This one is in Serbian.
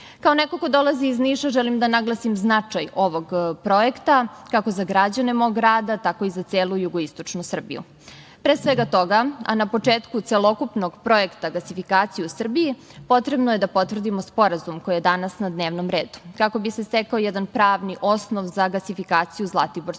neko ko dolazi iz Niša želim da naglasim značaj ovog projekta, kako za građane mog grada, tako i za celu jugoistočnu Srbiju. Pre svega toga, a na početku celokupnog projekta gasifikacije Srbije, potrebno je da potvrdimo sporazum koji je danas na dnevnom redu kako bi se stekao jedan pravni osnov za gasifikaciju Zlatiborskog